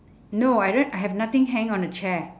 no I don't h~ I have nothing hanging on the chair